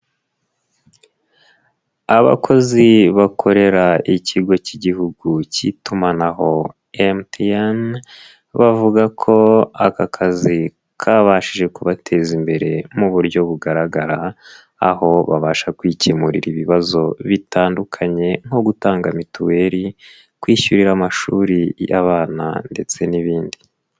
Abakozi bakorera ikigo cy'Igihugu cy'itumanaho MTN, bavuga ko aka kazi kabashije kubateza imbere buryo bugaragara, aho babasha kwikemurira ibibazo bitandukanye nko gutanga mituweli, kwishyurira amashuri y'abana ndetse n'ibindi.